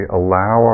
allow